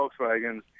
Volkswagens